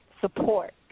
support